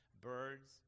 birds